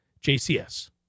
jcs